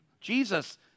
Jesus